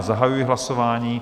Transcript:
Zahajuji hlasování.